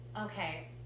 Okay